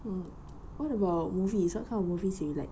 mm what about movies what kind of movies do you like